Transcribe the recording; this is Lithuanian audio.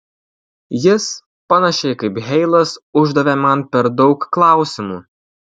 jis panašiai kaip heilas uždavė man per daug klausimų